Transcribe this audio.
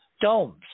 domes